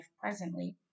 presently